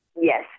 Yes